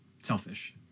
selfish